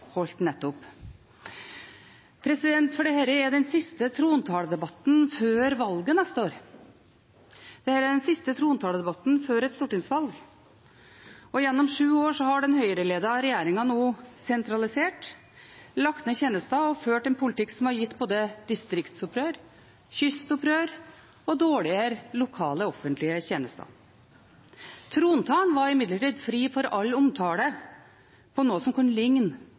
nettopp ble holdt. Dette er den siste trontaledebatten før valget neste år, den siste trontaledebatten før et stortingsvalg. Gjennom sju år har den Høyre-ledede regjeringen nå sentralisert, lagt ned tjenester og ført en politikk som har gitt både distriktsopprør, kystopprør og dårligere lokale offentlige tjenester. Trontalen var imidlertid fri for all omtale av noe som